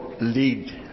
lead